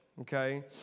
okay